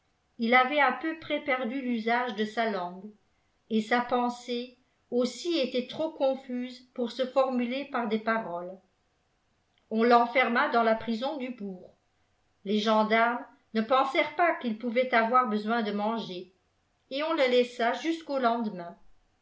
il avait à peu près perdu l'usage de sa langue et sa pensée aussi était trop confuse pour se formuler par des paroles on l'enferma dans la prison du bourg les gendarmes ne pensèrent pas qu'il pouvait avoir besoin de manger et on le laissa jusqu'au lendemain